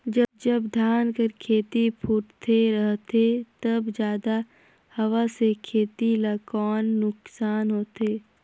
जब धान कर खेती फुटथे रहथे तब जादा हवा से खेती ला कौन नुकसान होथे?